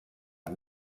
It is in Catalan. amb